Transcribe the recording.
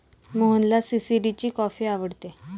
मोहनला सी.सी.डी ची कॉफी आवडते